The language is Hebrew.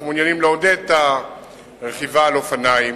אנחנו מעוניינים לעודד את הרכיבה על אופניים.